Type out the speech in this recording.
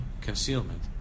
concealment